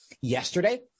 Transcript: Yesterday